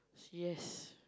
she yes